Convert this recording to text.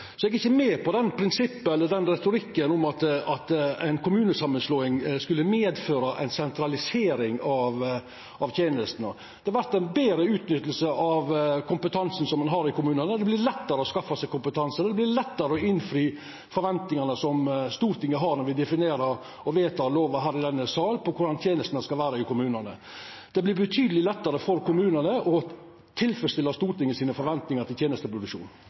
Så eg er ikkje med på den retorikken at ei kommunesamanslåing skulle medføra ei sentralisering av tenestene. Det vert betre utnytting av kompetansen ein har i kommunane, det vert lettare å skaffa seg kompetanse, og det vert lettare å innfri forventingane Stortinget har når me definerer og vedtek lovar her i denne salen for korleis tenestene skal vera i kommunane. Det vert betydeleg lettare for kommunane å tilfredsstilla dei forventingane Stortinget har til tenesteproduksjon.